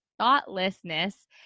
thoughtlessness